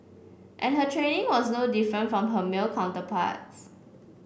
and her training was no different from her male counterparts